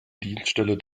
dienststelle